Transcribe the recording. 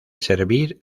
servir